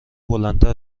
بلندتر